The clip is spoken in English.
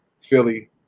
Philly